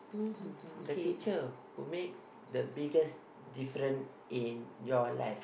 the teacher who make the biggest difference in your life